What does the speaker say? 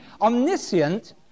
Omniscient